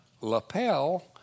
lapel